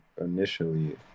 initially